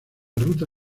ruta